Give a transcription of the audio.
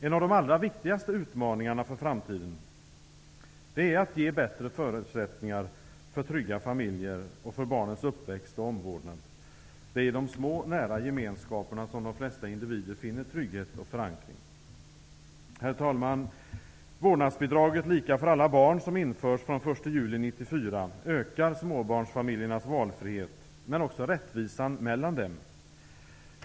En av de allra viktigaste utmaningarna för framtiden är att ge bättre förutsättningar för trygga familjer och för barnens uppväxt och omvårdnad. Det är i de små nära gemenskaperna som de flesta individer finner trygghet och förankring. Herr talman! Vårdnadsbidraget, lika för alla barn, som införs från den 1 juli 1994, ökar småbarnsfamiljernas valfrihet men också rättvisan mellan dem.